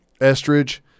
Estridge